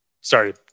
sorry